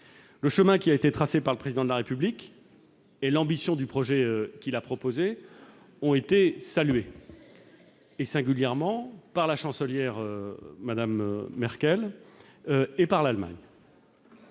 Le chemin tracé par le Président de la République et l'ambition du projet qu'il a proposé ont été salués, singulièrement par la Chancelière Merkel et par l'Allemagne.